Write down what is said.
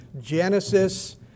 Genesis